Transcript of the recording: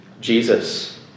Jesus